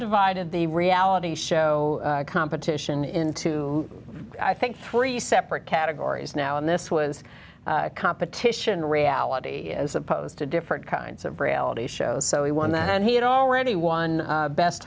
divided the reality show competition into i think three separate categories now and this was a competition reality as opposed to different kinds of reality shows so he won that and he had already won best